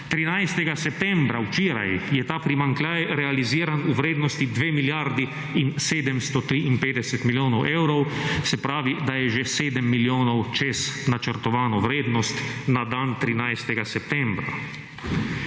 13. septembra, včeraj, je ta primanjkljaj realiziran v vrednosti 2 milijardi in 753 milijonov evrov, se pravi, da je že 7 milijonov čez načrtovano vrednost na dan 13. septembra.